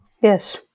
yes